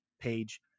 page